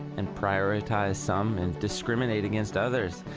and prioritize some, and discriminate against others,